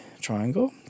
triangle